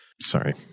Sorry